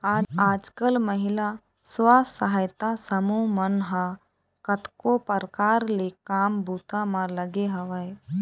आजकल महिला स्व सहायता समूह मन ह कतको परकार ले काम बूता म लगे हवय